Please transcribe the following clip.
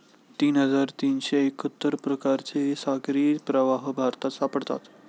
तीन हजार तीनशे एक्काहत्तर प्रकारचे सागरी प्रवाह भारतात सापडतात